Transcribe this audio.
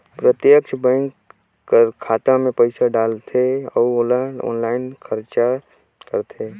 प्रत्यक्छ बेंक कर खाता में पइसा डालथे अउ ओला आनलाईन खरचा करथे